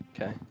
Okay